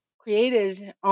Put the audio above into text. created